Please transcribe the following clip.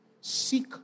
seek